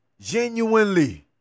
genuinely